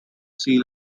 sea